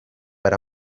per